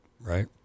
right